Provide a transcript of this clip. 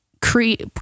create